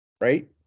right